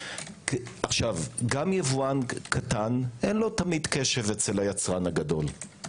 גם יבואן קטן אין לו תמיד קשב אצל היצרן הגדול.